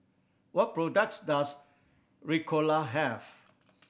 what products does Ricola have